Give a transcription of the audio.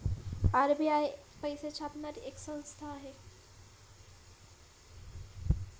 RBI पैसे छापणारी एक संस्था आहे